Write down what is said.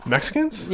Mexicans